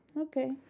Okay